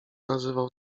nazywał